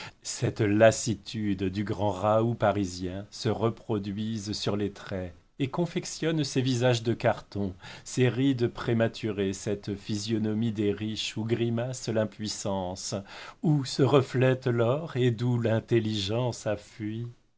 cette lassitude du grand raoût parisien se reproduisent sur les traits et confectionnent ces visages de carton ces rides prématurées cette physionomie des riches où grimace l'impuissance où se reflète l'or et d'où l'intelligence